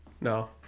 No